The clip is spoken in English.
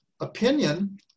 opinion